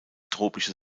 tropische